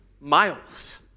miles